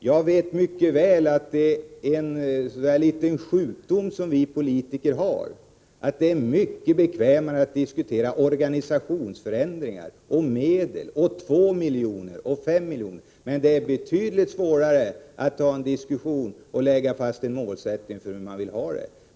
Jag vet mycket väl att det är något av en sjukdom hos oss politiker att vi tycker att det är bekvämare att diskutera organisationsförändringar och medel — 2 miljoner och 5 miljoner — men det är betydligt svårare att ta en diskussion om och lägga fast en målsättning för hur man vill ha det.